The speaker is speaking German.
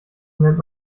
nennt